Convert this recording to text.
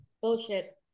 Bullshit